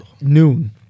Noon